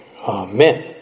Amen